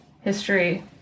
history